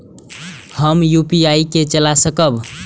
हम यू.पी.आई के चला सकब?